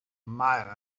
mile